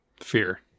fear